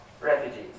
refugees